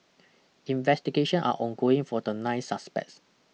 investigation are ongoing for the nine suspects